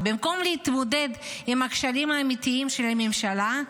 ובמקום להתמודד עם הכשלים האמיתיים של הממשלה,